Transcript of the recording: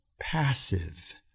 passive